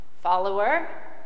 follower